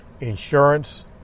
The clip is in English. insurance